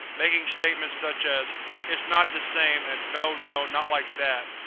making statements such as it's not the same, and no, no, not like that!